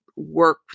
Work